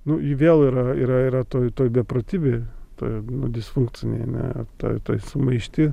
nu ji vėl yra yra yra toj toj beprotybėj toj disfunkcinėj ane toj toj sumaišty